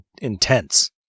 intense